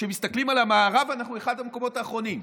כשמסתכלים על המערב, אנחנו באחד המקומות האחרונים.